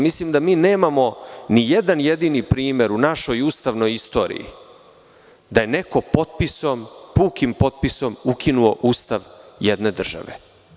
Mislim da nemamo ni jedan jedini primer u našoj ustavnoj istoriji da je neko pukim potpisom ukinuo ustav jedne države.